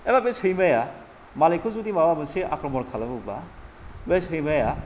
एबा बे सैमाया मालिकखौ जुदि माबा मोनसे आक्रमन खालामोबा बे सैमाया